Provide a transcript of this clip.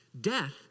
Death